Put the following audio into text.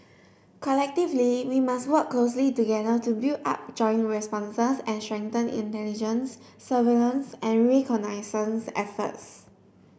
collectively we must work closely together to build up joint responses and strengthen intelligence surveillance and reconnaissance efforts